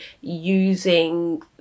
using